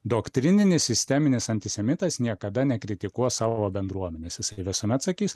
doktrininis sisteminis antisemitas niekada nekritikuos savo bendruomenės jisai visuomet sakys